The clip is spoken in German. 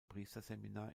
priesterseminar